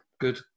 good